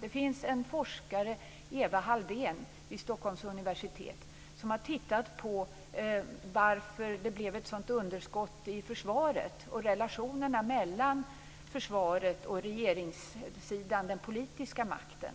Det finns en forskare vid Stockholms universitet, Eva Halldén, som har tittat på varför det blev ett sådant underskott i försvaret och på relationerna mellan försvaret och regeringssidan, den politiska makten.